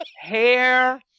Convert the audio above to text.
Hair